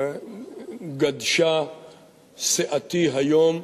גדשה סאתי היום,